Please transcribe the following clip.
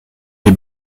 des